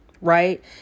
right